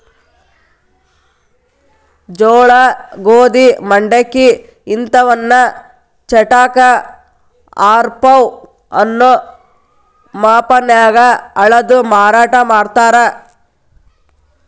ಜೋಳ, ಗೋಧಿ, ಮಂಡಕ್ಕಿ ಇಂತವನ್ನ ಚಟಾಕ, ಆರಪೌ ಅನ್ನೋ ಮಾಪನ್ಯಾಗ ಅಳದು ಮಾರಾಟ ಮಾಡ್ತಾರ